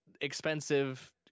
expensive